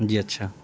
جی اچھا